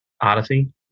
Odyssey